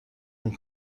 این